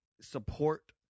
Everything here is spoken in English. support